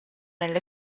nelle